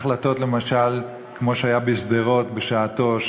החלטות כמו שהיו בשעתו בשדרות,